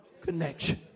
connection